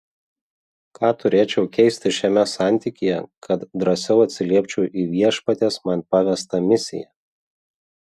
ką turėčiau keisti šiame santykyje kad drąsiau atsiliepčiau į viešpaties man pavestą misiją